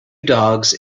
dogs